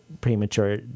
premature